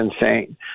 insane